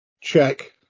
check